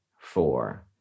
four